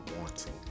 wanting